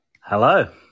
Hello